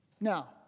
Now